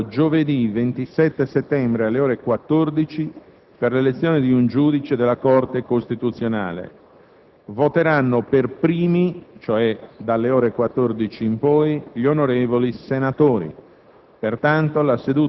è convocato giovedì 27 settembre, alle ore 14, per l'elezione di un giudice della Corte costituzionale. Voteranno per primi (vale a dire dalle ore 14 in poi) gli onorevoli senatori;